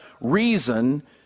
reason